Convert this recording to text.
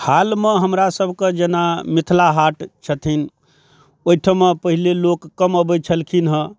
हालमे हमरा सबके जेना मिथिला हाट छथिन ओइठमा पहिने लोक कम अबै छलखिन हँ